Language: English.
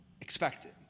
expected